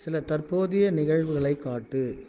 சில தற்போதைய நிகழ்வுகளைக் காட்டு